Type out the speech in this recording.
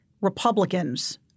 Republicans